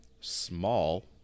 small